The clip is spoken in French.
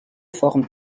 forme